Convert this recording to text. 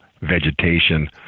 vegetation